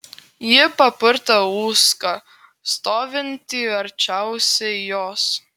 ji papurtė uską stovintį arčiausiai jos